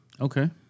Okay